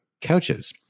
couches